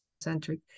centric